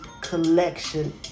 Collection